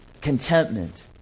contentment